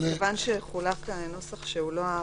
כיוון שחולק לי הנוסח שהוא לא האחרון,